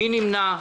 מי נמנע?